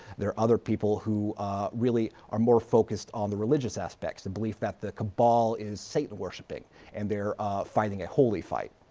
there are other people who really are more focused on the religious aspects, the belief that the cabal is satan worshiping and they're finding a holy fight.